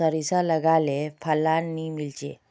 सारिसा लगाले फलान नि मीलचे?